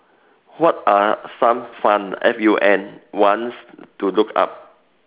what are some fun fun F U N ones to look up